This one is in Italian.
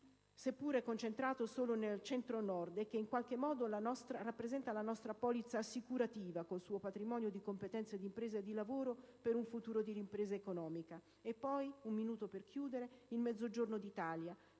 seppure concentrato solo al Centro-Nord, che in qualche modo rappresenta la nostra polizza assicurativa, con il suo patrimonio di competenze, di imprese e di lavoro, per un futuro di ripresa economica. Il secondo esempio riguarda il Mezzogiorno d'Italia,